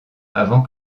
avant